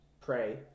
pray